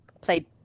played